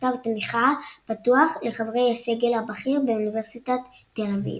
מכתב תמיכה פתוח לחברי הסגל הבכיר באוניברסיטת ת"א.